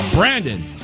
Brandon